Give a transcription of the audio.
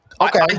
Okay